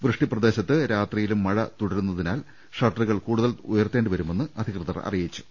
വൃഷ്ടി പ്രദേശത്ത് രാത്രിയിലും മഴ തുടരു ന്നതിനാൽ ഷട്ടറുകൾ കൂടുതൽ ഉയർത്തേണ്ടി വരുമെന്ന് അധികൃ തർ അറിയിച്ചു